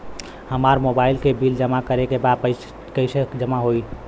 हमार मोबाइल के बिल जमा करे बा कैसे जमा होई?